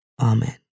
Amen